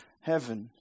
heaven